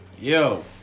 Yo